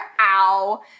ow